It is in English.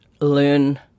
learn